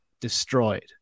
destroyed